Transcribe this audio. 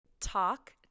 Talk